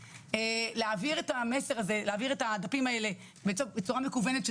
להעביר את המסר הזה את הדפים האלה בצורה מקוונת,